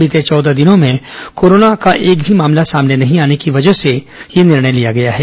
बीते चौदह दिनों में कोरोना संक्रमण का एक भी मामला सामने नहीं आने की वजह से यह निर्णय लिया गया है